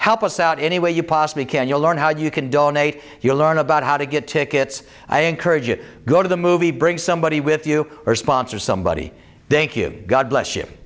help us out any way you possibly can you learn how you can donate you learn about how to get tickets i encourage you go to the movie bring somebody with you or sponsor somebody thank you god bless you